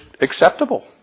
acceptable